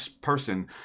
person